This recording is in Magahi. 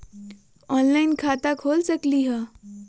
ऑनलाइन खाता खोल सकलीह?